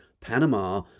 Panama